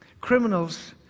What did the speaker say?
criminals